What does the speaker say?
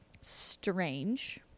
Strange